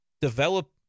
Develop